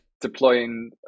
deploying